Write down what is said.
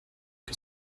que